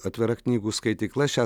atvira knygų skaitykla šią